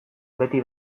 beti